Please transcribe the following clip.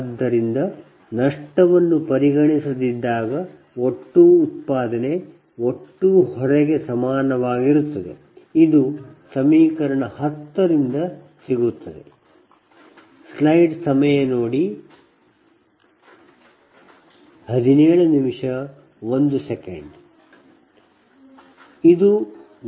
ಆದ್ದರಿಂದ ನಷ್ಟವನ್ನು ಪರಿಗಣಿಸದಿದ್ದಾಗ ಒಟ್ಟು ಉತ್ಪಾದನೆ ಒಟ್ಟು ಲೋಡ್ಗೆ ಸಮನಾಗಿರುತ್ತದೆ